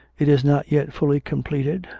it is not yet fully completed,